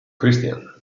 christian